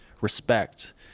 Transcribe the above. respect